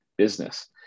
Business